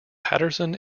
patterson